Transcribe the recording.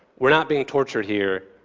we're not being tortured here,